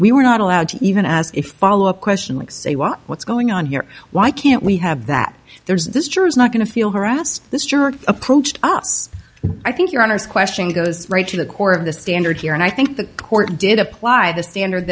we were not allowed to even as a follow up question like say well what's going on here why can't we have that there's this juror is not going to feel harassed this jerk approached us i think your honor's question goes right to the core of the standard here and i think the court did apply the standard